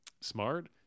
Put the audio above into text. Smart